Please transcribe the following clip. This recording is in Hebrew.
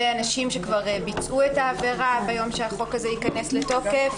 אנשים שכבר ביצעו את העבירה ביום שהחוק ייכנס לתוקף.